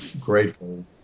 grateful